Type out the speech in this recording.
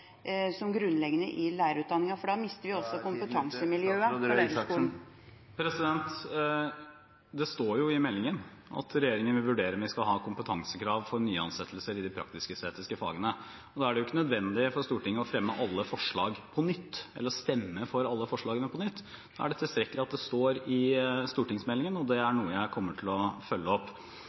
regjeringen vurderer om vi skal ha kompetansekrav for nyansettelser i de praktisk-estetiske fagene. Nå er det ikke nødvendig for Stortinget å fremme eller stemme for alle forslagene på nytt. Det er tilstrekkelig at det står i stortingsmeldingen, og det er noe jeg kommer til å følge opp.